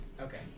okay